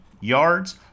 yards